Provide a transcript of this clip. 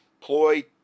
ploy